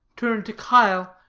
turned to chyle,